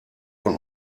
und